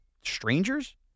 strangers